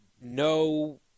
no